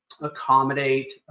accommodate